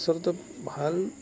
আচলতে ভাল